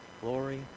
Glory